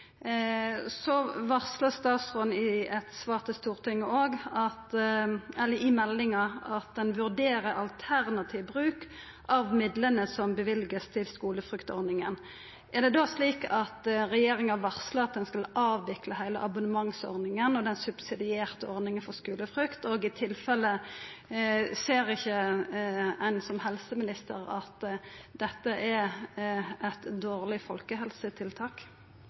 Så varslar statsråden i meldinga at ein vurderer alternativ bruk av midlane som vert løyvde til skulefruktordninga. Er det då slik at regjeringa varslar at ein skal avvikle heile abonnementsordninga og den subsidierte ordninga for skulefrukt? Og i tilfelle, ser ein ikkje som helseminister at dette er eit dårleg folkehelsetiltak?